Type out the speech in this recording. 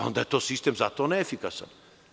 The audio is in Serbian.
Onda je sistem zato neefikasan.